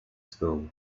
school